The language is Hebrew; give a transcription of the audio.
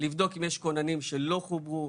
לבדוק אם יש כוננים שלא חוברו.